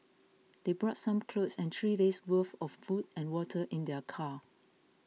they brought some clothes and three days' worth of food and water in their car